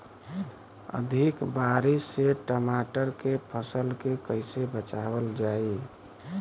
अधिक बारिश से टमाटर के फसल के कइसे बचावल जाई?